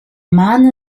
man